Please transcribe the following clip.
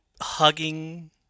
hugging